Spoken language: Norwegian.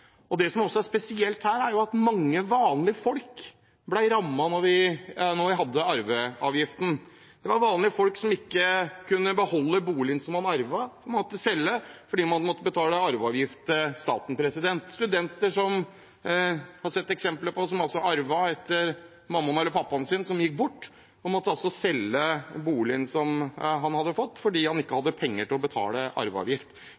også er spesielt her, er at mange vanlige folk ble rammet av arveavgiften. Det var vanlige folk som ikke kunne beholde boligen de arvet. Man måtte selge fordi man måtte betale arveavgift til staten. Man har sett eksempler på at studenter som arvet etter mammaen eller pappaen sin som gikk bort, måtte selge boligen de hadde fått, fordi de ikke hadde penger til å betale arveavgift.